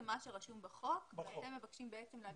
שרשום בחוק והם מבקשים בעצם להעביר את זה לאוקטובר.